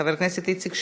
חבר הכנסת איציק שמולי,